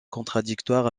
contradictoires